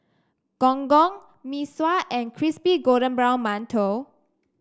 Gong Gong Mee Sua and Crispy Golden Brown Mantou